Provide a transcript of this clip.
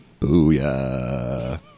Booyah